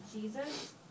Jesus